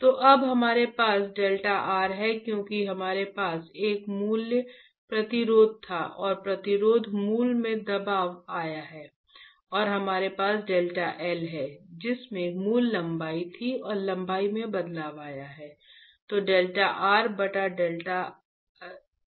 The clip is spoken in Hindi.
तो अब हमारे पास डेल्टा r है क्योंकि हमारे पास एक मूल प्रतिरोधी था और प्रतिरोध मूल्य में बदलाव आया है और हमारे पास डेल्टा एल है जिसमें मूल लंबाई थी और लंबाई में बदलाव आया है